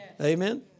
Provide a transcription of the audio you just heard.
Amen